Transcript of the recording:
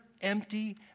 empty